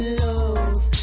love